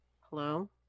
Hello